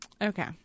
Okay